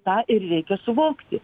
tą ir reikia suvokti